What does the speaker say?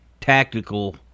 tactical